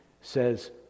says